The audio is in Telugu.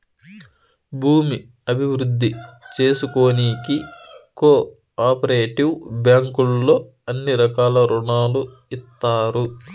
భూమి అభివృద్ధి చేసుకోనీకి కో ఆపరేటివ్ బ్యాంకుల్లో అన్ని రకాల రుణాలు ఇత్తారు